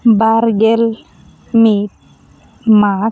ᱵᱟᱨ ᱜᱮᱞ ᱢᱤᱫ ᱢᱟᱜᱽ